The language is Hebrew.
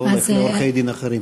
לא בעורכי-דין אחרים.